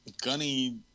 Gunny